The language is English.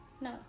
No